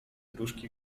wróżki